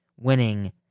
winning